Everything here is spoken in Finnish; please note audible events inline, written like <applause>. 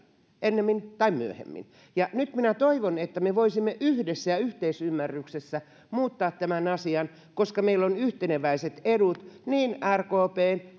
ennemmin tai myöhemmin nyt minä toivon että me voisimme yhdessä ja yhteisymmärryksessä muuttaa tämän asian koska meillä on yhteneväiset edut niin rkpn <unintelligible>